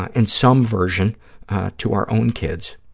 ah in some version to our own kids.